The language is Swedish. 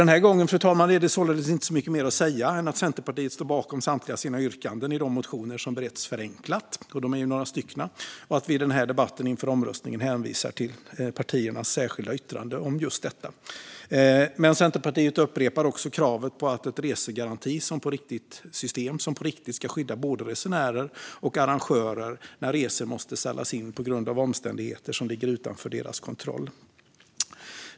Den här gången är det således inte så mycket mer att säga än att Centerpartiet står bakom samtliga sina yrkanden i de motioner som beretts förenklat - de är ju några stycken - och att vi i den här debatten inför omröstningen hänvisar till partiernas särskilda yttrande om just detta. Centerpartiet upprepar också kravet på ett resegarantisystem som på riktigt ska skydda både resenärer och arrangörer när resor måste ställas in på grund av omständigheter som ligger utanför deras kontroll.